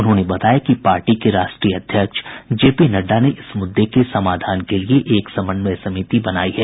उन्होंने बताया कि पार्टी के राष्ट्रीय अध्यक्ष जेपी नड्डा ने इस मुद्दे के समाधान के लिए एक समन्वय समिति बनाई है